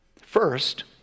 First